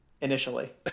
initially